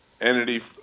entity